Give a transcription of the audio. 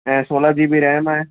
ऐं सोलह G B RAM आहे